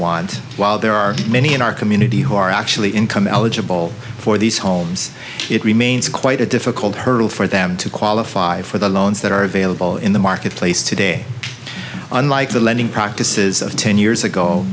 want while there are many in our community who are actually income eligible for these homes it remains quite a difficult hurdle for them to qualify for the loans that are available in the marketplace today unlike the lending practices of ten years ago